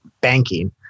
banking